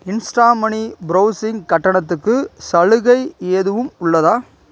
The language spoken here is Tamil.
இன்ஸ்டா மணி ப்ரௌசிங் கட்டணத்துக்கு சலுகை எதுவும் உள்ளதா